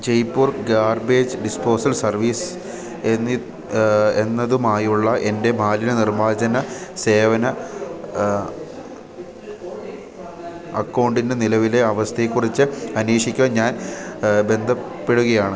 Jaipur garbage disposal service എന്നതുമായുള്ള എൻ്റെ മാലിന്യ നിർമാർജന സേവന അക്കൗണ്ടിൻ്റെ നിലവിലെ അവസ്ഥയെ കുറിച്ച് അന്വേഷിക്കാൻ ഞാൻ ബന്ധപ്പെടുകയാണ്